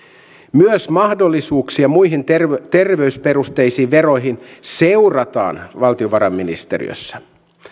myös mahdollisuuksia muihin terveysperusteisiin veroihin seurataan valtiovarainministeriössä